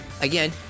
Again